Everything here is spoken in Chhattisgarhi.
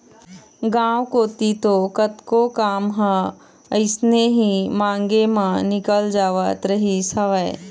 गांव कोती तो कतको काम मन ह अइसने ही मांगे म निकल जावत रहिस हवय